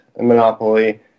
monopoly